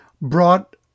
brought